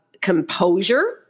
composure